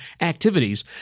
activities